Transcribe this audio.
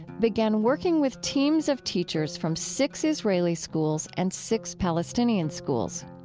began working with teams of teachers from six israeli schools and six palestinian schools.